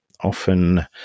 often